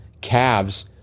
calves